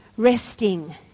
resting